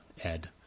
Ed